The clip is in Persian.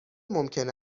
ممکن